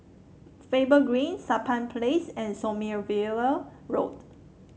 Faber Green Sampan Place and Sommerville Road